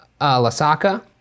Lasaka